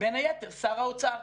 בין היתר שר האוצר.